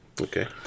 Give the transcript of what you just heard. Okay